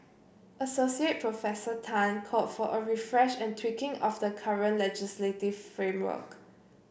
Assoc Professor Tan called for a refresh and tweaking of the current legislative framework